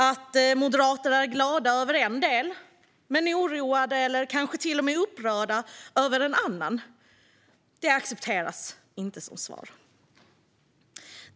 Att Moderaterna är glada över en del men oroade eller kanske till och med upprörda över en annan accepteras inte som svar. Fru talman!